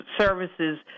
services